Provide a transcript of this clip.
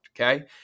okay